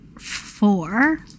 four